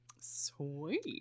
Sweet